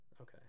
Okay